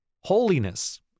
Holiness